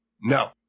No